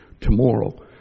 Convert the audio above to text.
tomorrow